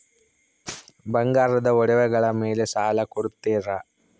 ಬಂಗಾರದ ಒಡವೆಗಳ ಮೇಲೆ ಸಾಲ ಕೊಡುತ್ತೇರಾ?